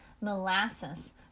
Molasses